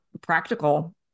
practical